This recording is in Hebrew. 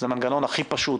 זה מנגנון הכי פשוט,